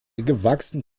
gewachsen